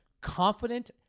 confident